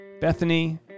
Bethany